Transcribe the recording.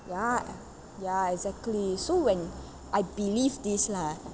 ya ya exactly so when I believe this lah